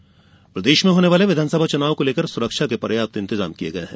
चुनाव सुरक्षा प्रदेश में होने वाले विधानसभा चुनाव को लेकर सुरक्षा के पर्याप्त इंतजाम किये गये हैं